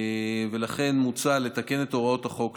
ולכן מוצע לתקן את הוראות החוק,